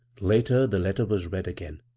later, the letter was read again.